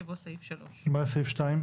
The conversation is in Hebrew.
יבוא סעיף 3. מה זה סעיף 2?